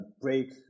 break